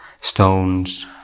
stones